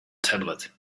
tablet